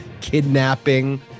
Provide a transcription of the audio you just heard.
kidnapping